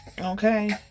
Okay